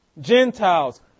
Gentiles